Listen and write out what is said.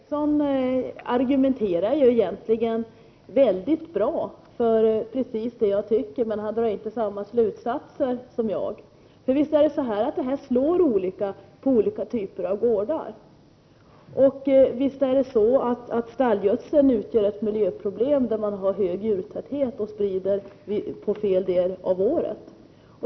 Fru talman! Ingvar Eriksson argumenterar egentligen väldigt bra. Han argumenterar på samma sätt som jag. Däremot drar han inte samma slutsatser som jag. För visst slår det här olika mot olika typer av gårdar och visst utgör stallgödseln ett miljöproblem på de gårdar där man har stor djurtäthet och där man sprider ut gödseln under fel del av året!